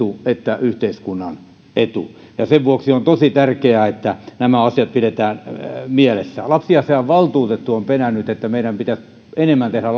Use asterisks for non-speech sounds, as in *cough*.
että yhteiskunnan etu ja sen vuoksi on tosi tärkeää että nämä asiat pidetään mielessä lapsiasiavaltuutettu on penännyt että meidän pitäisi enemmän tehdä *unintelligible*